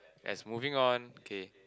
yes moving on okay